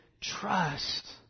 trust